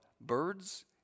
birds